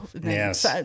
Yes